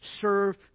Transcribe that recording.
Serve